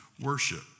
Worship